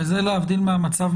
זה להבדיל מהמצב,